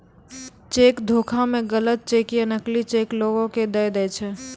cheque धोखा मे गलत चेक या नकली चेक लोगो के दय दै छै